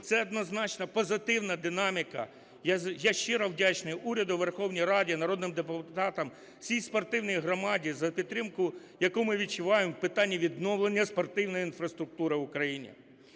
Це однозначно позитивна динаміка. Я щиро вдячний уряду, Верховній Раді, народним депутатам і всій спортивній громаді за підтримку, яку ми відчуваємо у питанні відновлення спортивної інфраструктури в Україні.